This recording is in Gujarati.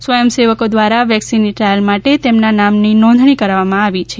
સ્વયંસેવકો દ્વારા વેક્સિનની ટ્રાયલ માટે તેમના નામની નોંધણી કરાવવામાં આવી છે